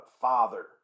father